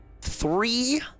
three